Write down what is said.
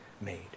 made